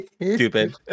stupid